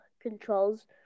controls